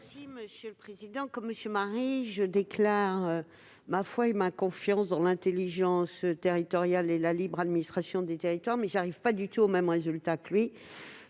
de la commission ? Comme M. Marie, je déclare ma foi et ma confiance dans l'intelligence territoriale et la libre administration des territoires, mais je n'arrive pas du tout aux mêmes conclusions que lui